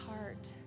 heart